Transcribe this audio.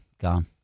Gone